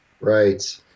Right